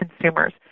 consumers